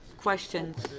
questions.